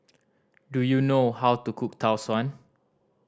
do you know how to cook Tau Suan